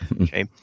okay